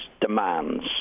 demands